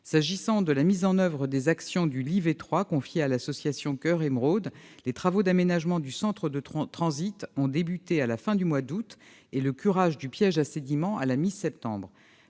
qui concerne la mise en oeuvre des actions du plan Lyvet 3, confiée à l'association Coeur Émeraude, les travaux d'aménagement du centre de transit ont débuté à la fin du mois d'août et le curage du piège à sédiments, à la mi-septembre.